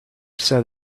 said